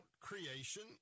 creation